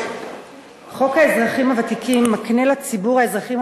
חוק האזרחים הוותיקים מקנה לציבור האזרחים